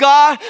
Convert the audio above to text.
God